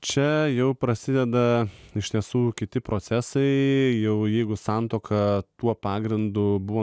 čia jau prasideda iš tiesų kiti procesai jau jeigu santuoka tuo pagrindu buvo